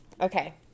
Okay